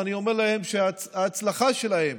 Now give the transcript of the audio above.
ואני אומר להם שההצלחה שלהם